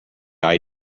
eye